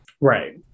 Right